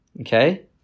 okay